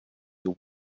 your